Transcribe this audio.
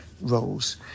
roles